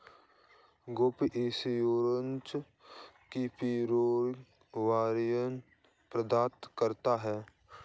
gap insurance comprehensive coverage प्रदान करता है